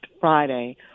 Friday